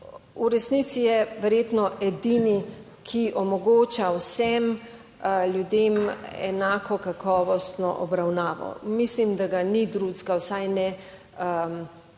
v resnici je verjetno edini, ki omogoča vsem ljudem enako kakovostno obravnavo. Mislim, da ga ni drugega, vsaj ne